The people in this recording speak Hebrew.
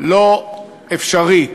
לא אפשרית,